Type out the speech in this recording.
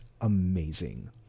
amazing